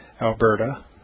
alberta